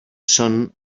són